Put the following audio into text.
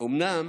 אומנם